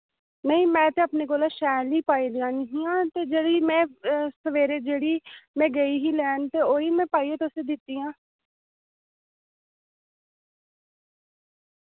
नेईं मैं ते अपने कोला शैल ही पाए दिया नियां हियां ते जेह्ड़ी मैं सवेरे जेह्ड़ी मैं गेई ही लैन ते ओह् ही मैं पाइयै तुसें दित्तियां